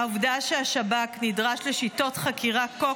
העובדה שהשב"כ נדרש לשיטות חקירה כה